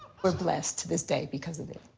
we're blessed to this day because of it.